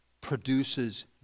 produces